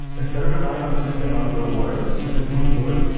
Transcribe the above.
instead of relying on a system of rewards such as proof of work,